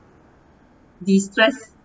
de-stress